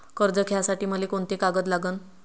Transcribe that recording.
कर्ज घ्यासाठी मले कोंते कागद लागन?